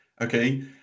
Okay